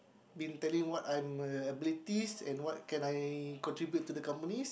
been telling what I'm abilities and what can I contribute to the company